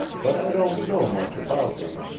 but i don't know much about them.